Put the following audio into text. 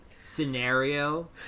scenario